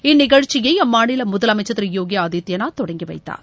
இந்நிகழ்ச்சியை அம்மாநில முதலமைச்சர் திரு யோகி ஆதித்யநாத் தொடங்கி வைத்தார்